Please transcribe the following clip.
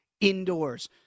indoors